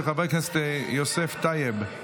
של חבר הכנסת יוסף טייב,